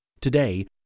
Today